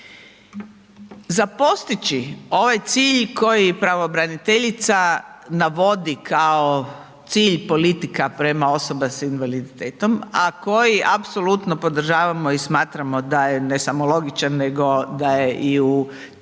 Za postići ovaj cilj koji pravobraniteljica navodi kao cilj, politika, prema osoba s invaliditetom, a koji apsolutno podržavamo i smatramo a je ne samo logičan, nego da je i u temeljima